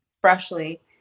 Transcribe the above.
freshly